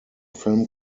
film